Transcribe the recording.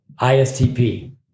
ISTP